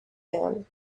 them